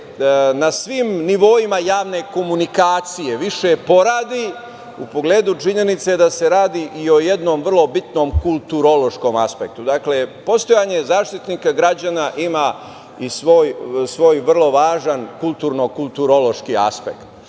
na svim nivoima javne komunikacije više poradi u pogledu činjenice da se radi i o jednom vrlo bitnom kulturološkom aspektu. Dakle, postojanje Zaštitnika građana ima i svoj vrlo važan kulturno kulturološki aspekt